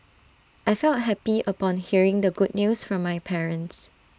I felt happy upon hearing the good news from my parents